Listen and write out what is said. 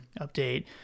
update